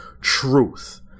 truth